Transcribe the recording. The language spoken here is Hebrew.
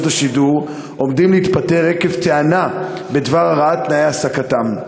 השידור עומדים להתפטר עקב טענה בדבר הרעת תנאי העסקתם.